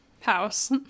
house